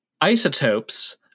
Isotopes